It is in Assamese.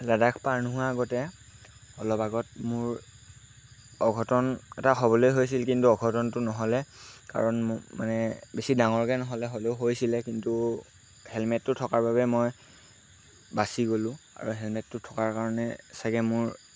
লাদাখ পাৰ নোহোৱাৰ আগতে অলপ আগত মোৰ অঘটন এটা হ'বলৈ হৈছিল কিন্তু অঘটনটো নহ'লে কাৰণ মানে বেছি ডাঙৰকৈ নহ'লে হ'লেও হৈছিলে কিন্তু হেলমেটটো থকাৰ বাবে মই বাচি গ'লোঁ আৰু হেলমেটটো থকাৰ কাৰণে চাগে মোৰ